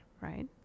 right